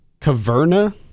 Caverna